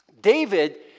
David